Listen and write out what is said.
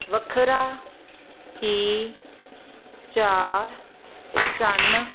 ਵੱਖਰਾ ਹੀ ਚਾਰ ਚੰਨ